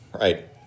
Right